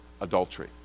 adultery